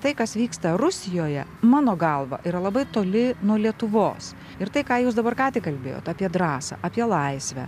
tai kas vyksta rusijoje mano galva yra labai toli nuo lietuvos ir tai ką jūs dabar ką tik kalbėjot apie drąsą apie laisvę